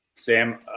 Sam